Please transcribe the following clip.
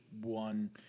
one